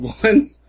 One